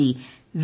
G V